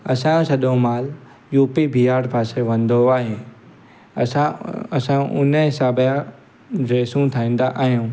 असांजो सॼो माल यूपी बिहार पासे वेंदो आहे असां असां उन जे हिसाब जा ड्रैसूं ठाहींदा आहियूं